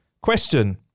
question